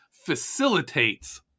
Facilitates